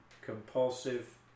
compulsive